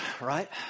right